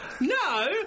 No